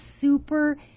super